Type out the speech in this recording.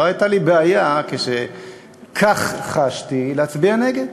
לא הייתה לי בעיה, כשחשתי כך, להצביע נגד,